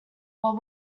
what